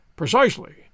Precisely